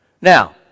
Now